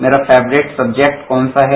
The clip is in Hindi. मेरे फेवरेट सबजेक्ट कौन सा है